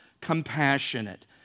compassionate